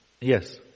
Yes